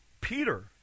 Peter